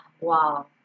Wow